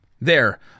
There